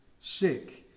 sick